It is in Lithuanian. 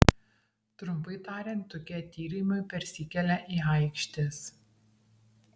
trumpai tariant tokie tyrimai persikelia į aikštes